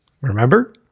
remember